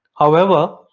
however,